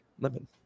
Lemon